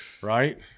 Right